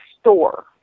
store